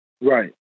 Right